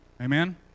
Amen